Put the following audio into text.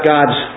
God's